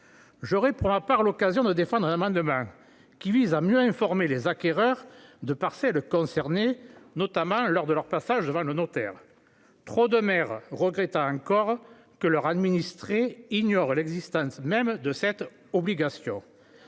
J'aurai pour ma part l'occasion de défendre un amendement qui vise à mieux informer les acquéreurs de parcelles concernées, notamment lors de leur passage devant le notaire, trop de maires regrettant encore que leurs administrés ignorent l'existence même de cette obligation.